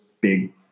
big